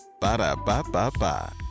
Ba-da-ba-ba-ba